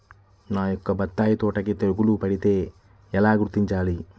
నా యొక్క బత్తాయి తోటకి తెగులు పడితే ఎలా గుర్తించాలి?